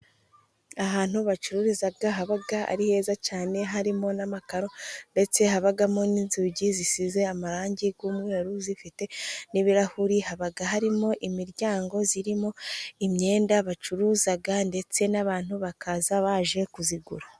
Ahantu bacururiza haba ari heza cyane, harimo n'amakaro ndetse habamo n'inzugi zisize amarangi y'umweru zifite n'ibirahuri. Haba harimo imiryango irimo imyenda bacuruza, ndetse n'abantu bakaza baje kuyigura.